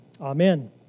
Amen